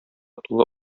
тулы